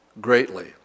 greatly